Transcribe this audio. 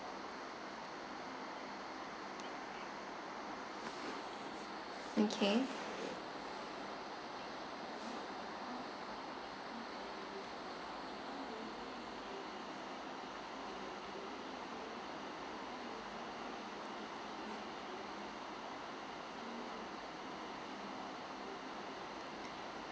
okay